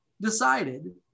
decided